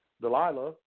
Delilah